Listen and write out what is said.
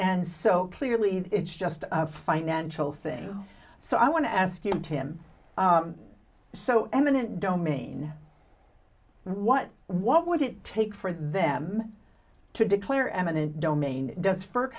and so clearly it's just a financial thing so i want to ask you to him so eminent domain what what would it take for them to declare eminent domain does f